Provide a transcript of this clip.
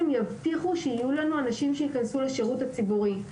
יבטיחו שיהיו לנו אנשים שייכנסו לשירות הציבורי.